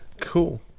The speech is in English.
Cool